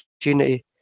opportunity